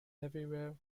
everywhere